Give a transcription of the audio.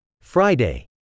Friday